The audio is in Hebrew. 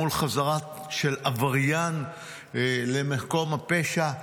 מול חזרה של עבריין למקום הפשע.